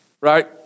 Right